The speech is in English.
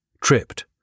tripped